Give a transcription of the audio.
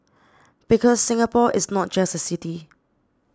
because Singapore is not just a city